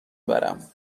برم